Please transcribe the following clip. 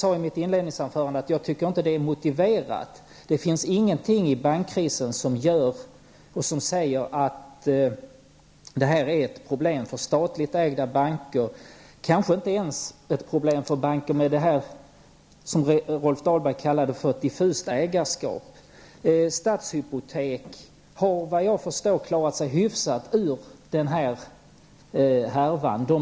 I mitt inledningsanförande sade jag att jag inte ansåg det vara motiverat. Det finns ingenting i bankkrisen som säger att det här är ett problem för statligt ägda banker. Det är kanske inte ens ett problem för banker med ett diffust ägarskap, som Rolf Dahlberg kallade det. Stadshypotek har såvitt jag förstår klarat sig hyfsat i den här härvan.